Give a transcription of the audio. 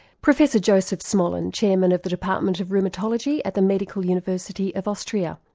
professor josef smolen, chairman of the department of rheumatology at the medical university of austria.